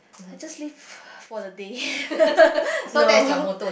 I just live~ for the day no